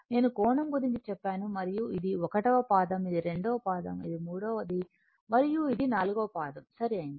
నేను కోణం గురించి చెప్పాను మరియు ఇది ఒకటవ పాదం ఇది రెండవ పాదం ఇది మూడవది మరియు ఇది 4 వ పాదం సరైనది